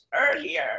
earlier